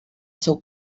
seu